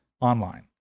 online